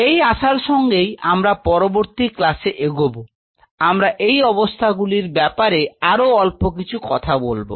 এই আশার সঙ্গেই আমরা পরবর্তী ক্লাসে এগোব আমরা এই অবস্থা গুলির ব্যাপারে আরও অল্প কিছু কথা বলব